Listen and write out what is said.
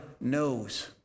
knows